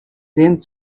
seen